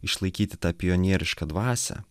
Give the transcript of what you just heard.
išlaikyti tą pionierišką dvasią